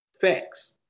facts